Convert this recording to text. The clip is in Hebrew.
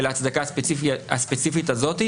ולהצדקה הספציפית הזאת,